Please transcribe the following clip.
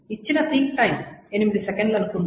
ఇచ్చిన seek time 8 సెకన్లు అనుకుందాం